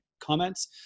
comments